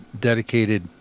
dedicated